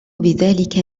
بذلك